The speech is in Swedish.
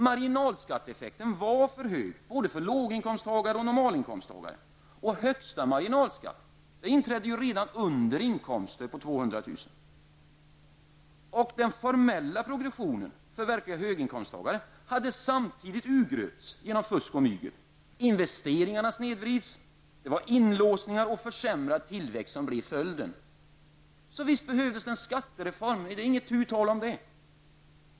Marginalskatteeffekten var för hög både för låginkomsttagare och för normalinkomsttagare, och högsta marginalskatt inträdde redan på inkomster under 200 000 kr. Den formella progressionen för verkliga höginkomsttagare hade samtidigt urgröpts genom fusk och mygel. Investeringar snedvreds, och inlåsningar och försämrad tillväxt blev följden. Så visst behövdes en skattereform; det var inte tu tal om det.